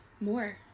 more